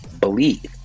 Believe